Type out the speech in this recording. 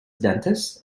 dentist